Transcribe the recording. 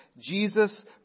Jesus